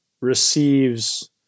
receives